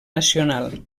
nacional